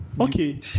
Okay